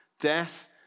death